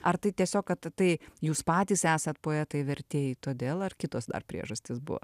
ar tai tiesiog kad tai jūs patys esat poetai vertėjai todėl ar kitos priežastys buvo